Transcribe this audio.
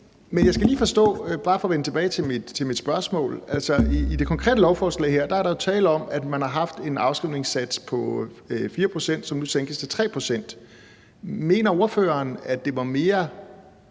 Men jeg skal lige forstå det og vende tilbage til mit spørgsmål: I det konkrete lovforslag her er der jo tale om, at man har haft en afskrivningssats på 4 pct., som nu sænkes til 3 pct. Mener ordføreren, at det var mere